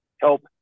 help